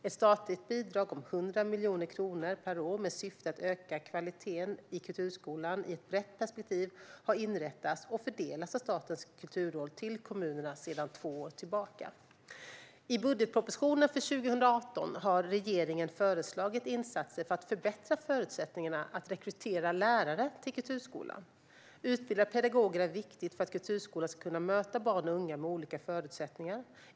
Ett statligt bidrag om 100 miljoner kronor per år med syfte att öka kvaliteten i kulturskolan i ett brett perspektiv har inrättats och fördelas av Statens kulturråd till kommunerna sedan två år tillbaka. I budgetpropositionen för 2018 har regeringen föreslagit insatser för att förbättra förutsättningarna att rekrytera lärare till kulturskolan. Utbildade pedagoger är viktigt för att kulturskolan ska kunna möta barn och unga med olika förutsättningar.